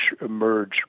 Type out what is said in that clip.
emerge